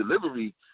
delivery